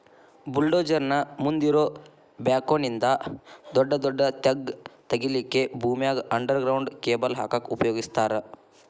bulldozer ನ ಮುಂದ್ ಇರೋ ಬ್ಯಾಕ್ಹೊ ನಿಂದ ದೊಡದೊಡ್ಡ ತೆಗ್ಗ್ ತಗಿಲಿಕ್ಕೆ ಭೂಮ್ಯಾಗ ಅಂಡರ್ ಗ್ರೌಂಡ್ ಕೇಬಲ್ ಹಾಕಕ್ ಉಪಯೋಗಸ್ತಾರ